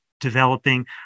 developing